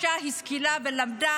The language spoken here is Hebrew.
-- השכילה ולמדה,